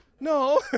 No